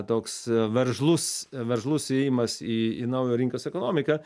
toks veržlus verslus įėjimas į į naują rinkos ekonomiką